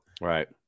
Right